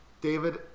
David